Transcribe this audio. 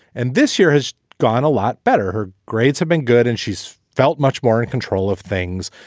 and this year has gone a lot better. her grades have been good and she's felt much more in control of things.